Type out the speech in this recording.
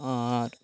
আর